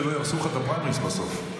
שלא יהרסו לך את הפריימריז בסוף.